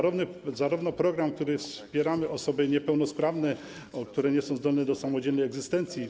Chodzi o program, który wspiera osoby niepełnosprawne, które nie są zdolne do samodzielnej egzystencji.